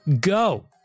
go